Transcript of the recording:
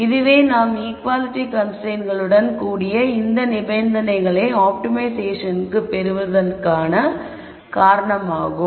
இதுவே நாம் ஈக்குவாலிட்டி கன்ஸ்ரைன்ட்ஸ்டுடன் கூடிய இந்த நிபந்தனைகளை ஆப்டிமைஷேசனுக்கு பெறுவதற்கான காரணமாகும்